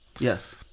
Yes